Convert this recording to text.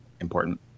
important